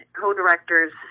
co-directors